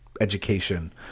education